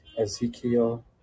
Ezekiel